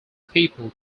people